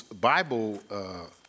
Bible